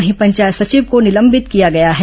वहीं पंचायत सचिव को निलंबित किया गया है